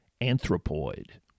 Anthropoid